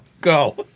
Go